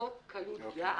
זאת קלות דעת.